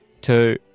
two